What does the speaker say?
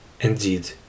Indeed